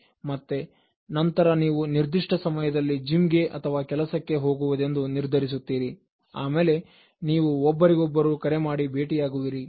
ಮತ್ತೆ ನಂತರ ನೀವು ನಿರ್ದಿಷ್ಟ ಸಮಯದಲ್ಲಿ ಜಿಮ್ ಗೆ ಅಥವಾ ಕೆಲಸಕ್ಕೆ ಹೋಗುವುದೆಂದು ನಿರ್ಧರಿಸುತ್ತೀರಿ ಆಮೇಲೆ ನೀವು ಒಬ್ಬರಿಗೊಬ್ಬರು ಕರೆ ಮಾಡಿ ಭೇಟಿಯಾಗುವಿರಿ